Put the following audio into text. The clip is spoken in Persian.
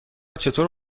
چطور